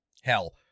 Hell